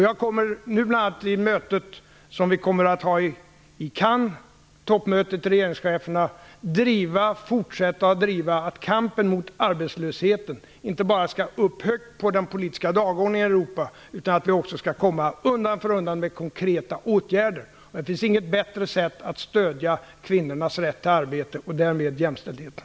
Jag kommer bl.a. vid det toppmöte mellan regeringscheferna som vi kommer att ha i Cannes fortsätta att driva att kampen mot arbetslösheten inte bara skall upp högt på den politiska dagordningen i Europa, utan att vi också undan för undan skall komma med konkreta åtgärder. Det finns inget bättre sätt att stödja kvinnornas rätt till arbete och därmed jämställdheten.